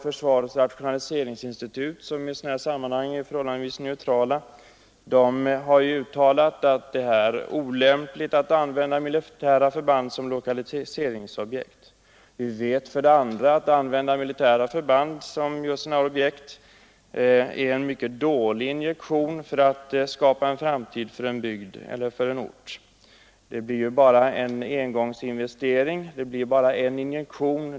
Försvarets rationaliseringsinstitut, som i sådana här sammanhang är förhållandevis neutralt, har t.ex. uttalat att det är olämpligt att använda militära förband som lokaliseringsobjekt. 2. Användandet av militära förband som sådana objekt är en mycket dålig injektion för att skapa en framtid för en bygd eller för en ort. Det blir ju bara en engångsinvestering — bara en injektion.